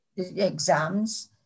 exams